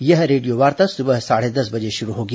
यह रेडियोवार्ता सुबह साढ़े दस बजे शुरू होगी